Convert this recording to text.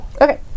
Okay